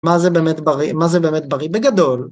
‫מה זה באמת בריא? בגדול